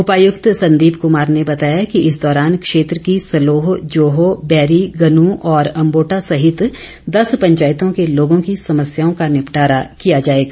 उपायुक्त संदीप कुमार ने बताया कि इस दौरान क्षेत्र की सलोह जोहो बैरी गनू और अंबोटा सहित दस पंचायतों के लोगों की समस्याओं का निपटारा किया जाएगा